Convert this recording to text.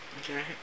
Okay